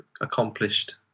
accomplished